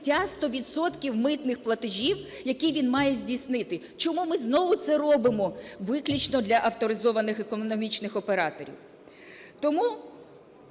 відсотків митних платежів, які він має здійснити? Чому ми знову це робимо виключно для авторизованих економічних операторів? Тому